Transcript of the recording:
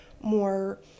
more